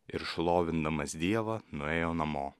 ir šlovindamas dievą nuėjo namo